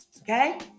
Okay